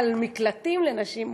על מקלטים לנשים מוכות.